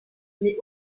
mais